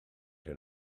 hyn